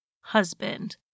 husband